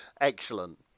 excellent